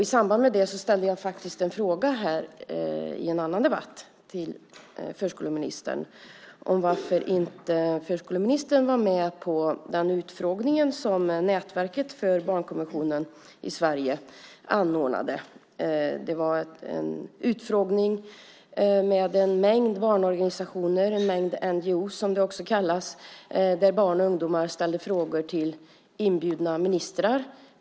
I samband med det ställde jag en fråga i en annan debatt till förskoleministern om varför inte förskoleministern var med på den utfrågning som nätverket för barnkonventionen i Sverige anordnade. Det var en utfrågning med en mängd barnorganisationer - en mängd NGO:er, som det också kallas - där barn och ungdomar ställde frågor till inbjudna ministrar.